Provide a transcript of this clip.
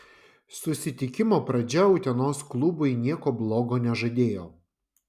susitikimo pradžia utenos klubui nieko blogo nežadėjo